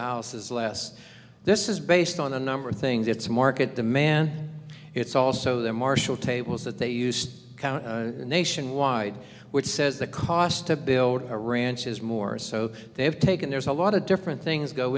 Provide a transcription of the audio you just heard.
the house is less this is based on a number of things it's market demand it's also the marshall tables that they use nationwide which says the cost to build a ranch is more so they have taken there's a lot of different things go